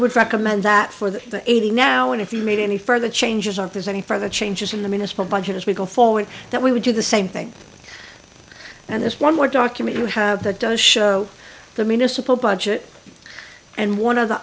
would recommend that for the eighty now and if you made any further changes are there's any further changes in the municipal budget as we go forward that we would do the same thing and there's one more document you have that does show the municipal budget and one of the